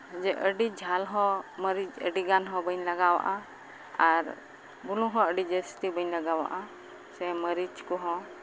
ᱡᱮ ᱟᱹᱰᱤ ᱡᱷᱟᱞ ᱦᱚᱸ ᱢᱟᱹᱨᱤᱪ ᱟᱹᱰᱤ ᱜᱟᱱ ᱦᱚᱸ ᱵᱟᱹᱧ ᱞᱟᱜᱟᱣᱟᱜᱼᱟ ᱟᱨ ᱵᱩᱞᱩᱝ ᱦᱚᱸ ᱟᱹᱰᱤ ᱡᱟᱹᱥᱛᱤ ᱵᱟᱹᱧ ᱞᱟᱜᱟᱣᱟᱜᱼᱟ ᱥᱮ ᱢᱟᱹᱨᱤᱪ ᱠᱚᱦᱚᱸ